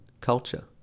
culture